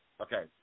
Okay